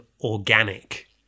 organic